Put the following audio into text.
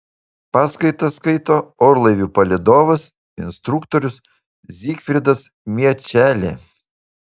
paskaitas skaito orlaivių palydovas instruktorius zigfridas miečelė